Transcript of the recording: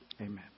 Amen